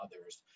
others